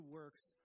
works